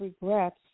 regrets